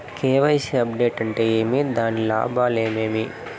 KYC update అంటే ఏమి? దాని లాభాలు ఏమేమి?